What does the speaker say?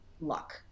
luck